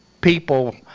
people